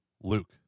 Luke